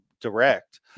direct